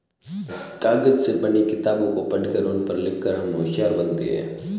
कागज से बनी किताबों को पढ़कर उन पर लिख कर हम होशियार बनते हैं